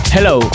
Hello